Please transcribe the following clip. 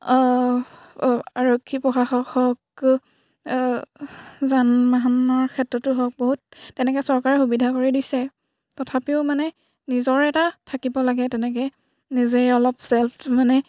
আৰক্ষী প্ৰশাসক হওক যান বাহনৰ ক্ষেত্ৰতো হওক বহুত তেনেকৈ চৰকাৰে সুবিধা কৰি দিছে তথাপিও মানে নিজৰ এটা থাকিব লাগে তেনেকৈ নিজেই অলপ চেল্ফত মানে